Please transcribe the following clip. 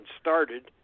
started